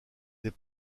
des